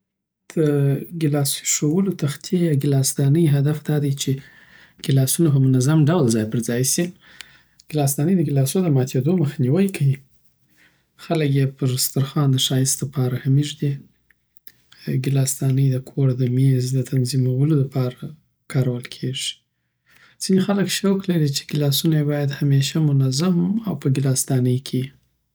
د ګيلاس اېښوولو تختې یا کیلاس دانی هدف دا دی چې ګيلاسونه په منظم ډول ځای پر ځای سی کیلاس دا نی د ګيلاسونو د ماتېدو مخنیوی کوی خلک یی پر سترخوان د ښایست دپاره هم ایږدی کیلاس دانی د کور د میز د تنظيم ولو د پاره کارول کېږي ځینی خلک شوق لری چی ګیلاسونه یی باید همیشه منظم او په ګیلاس دانی کی یی